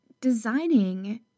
designing